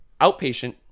outpatient